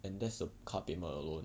and that's the car payment alone